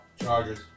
Chargers